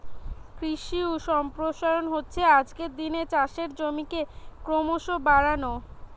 কৃষি সম্প্রসারণ হচ্ছে আজকের দিনে চাষের জমিকে ক্রোমোসো বাড়ানো